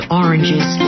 oranges